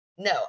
No